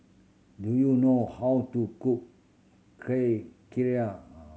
do you know how to cook